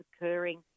occurring